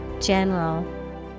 general